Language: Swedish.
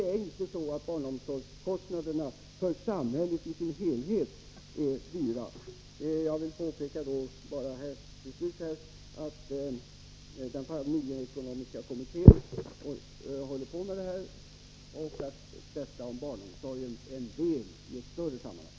Barnomsorgskostnaderna för samhället i dess helhet är inte stora. Jag vill till slut bara påpeka att den familjeekonomiska kommittén arbetar med dessa frågor och att barnomsorgen är en del i ett större sammanhang.